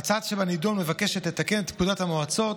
ההצעה שבנדון מבקשת לתקן את פקודת המועצות